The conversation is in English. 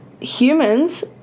Humans